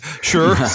Sure